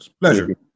Pleasure